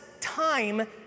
time